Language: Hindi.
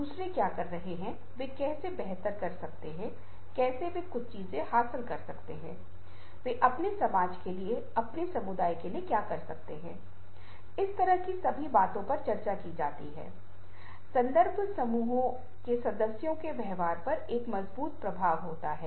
यह कुछ ऐसा नहीं है जो अकादमिक पांडित्यपूर्ण है या सामान्य से बाहर है यह रोजमर्रा का अनुभव है जब हम अपने चारों ओर विज्ञापनों को देखते हैं और जिस तरह से लोग हमें समझाना चाहते हैं या इस से जोड़कर अर्थ की जटिलताओं को संप्रेषित करते हैं